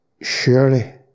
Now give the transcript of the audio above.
surely